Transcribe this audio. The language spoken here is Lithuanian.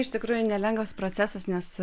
iš tikrųjų nelengvas procesas nes